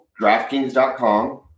DraftKings.com